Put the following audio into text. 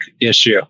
issue